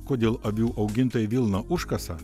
kodėl avių augintojai vilną užkasa